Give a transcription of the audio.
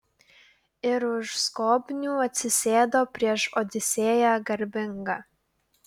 ir už skobnių atsisėdo prieš odisėją garbingą